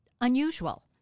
unusual